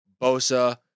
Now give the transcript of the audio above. Bosa